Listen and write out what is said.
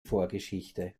vorgeschichte